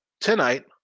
tonight